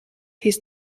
his